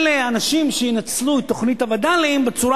אלה האנשים שינצלו את תוכנית הווד"לים בצורה